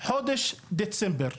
חודש דצמבר.